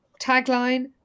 tagline